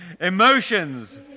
Emotions